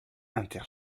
inter